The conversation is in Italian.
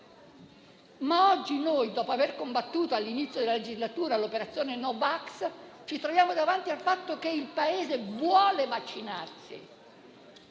Oggi noi, dopo aver combattuto all'inizio della legislatura l'operazione no vax, ci troviamo davanti al fatto che il Paese vuole vaccinarsi,